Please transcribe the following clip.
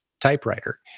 typewriter